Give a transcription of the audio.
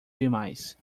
demais